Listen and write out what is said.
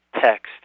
text